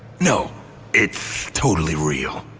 no it's totally real.